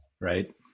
right